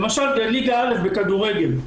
למשל, בליגה א' בכדורגל,